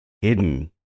hidden